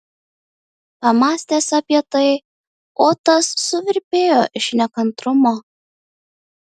pamąstęs apie tai otas suvirpėjo iš nekantrumo